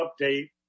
update